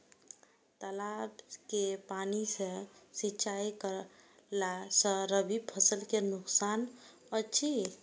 तालाब के पानी सँ सिंचाई करला स रबि फसल के नुकसान अछि?